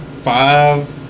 five